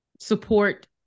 support